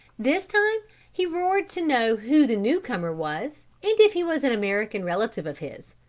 this time he roared to know who the new comer was and if he was an american relative of his,